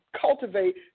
cultivate